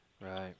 right